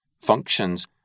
functions